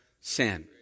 sin